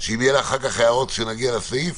אם יהיו לך אחר כך הערות כשנגיע לסעיף,